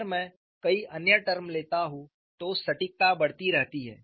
अगर मैं कई अन्य टर्म लेता हूं तो सटीकता बढ़ती रहती है